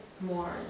more